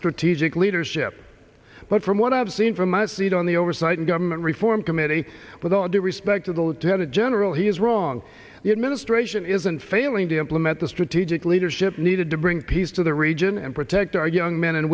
strategic leadership but from what i've seen from my seat on the oversight and government reform committee with all due respect to the lieutenant general he's wrong the administration isn't failing to implement the strategic leadership needed to bring peace to the region and protect our young men and